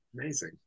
Amazing